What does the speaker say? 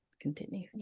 continue